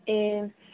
ए